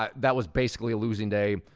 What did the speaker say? that that was basically a losing day.